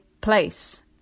place